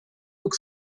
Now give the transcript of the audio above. book